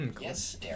Yes